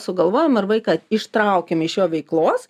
sugalvojom ir vaiką ištraukėm iš jo veiklos